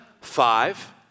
five